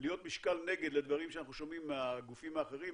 להיות משקל נגד לדברים שאנחנו שומעים מהגופים האחרים,